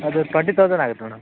ಅದು twenty thousand ಆಗತ್ತೆ madam